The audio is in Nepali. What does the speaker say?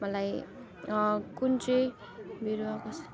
मलाई कुन चाहिँ बिरुवा